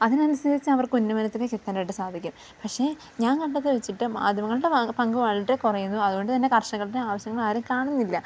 അതിനനുസരിച്ച് അവർക്ക് ഉന്നമനത്തിലേക്ക് എത്താനായിട്ട് സാധിക്കും പക്ഷേ ഞാൻ കണ്ടതിൽ വെച്ചിട്ട് മാധ്യമങ്ങളുടെ പങ്ക് വളരെ കുറയുന്നു അതുകൊണ്ടുതന്നെ കർഷകരുടെ ആവശ്യങ്ങളാരും കാണുന്നില്ല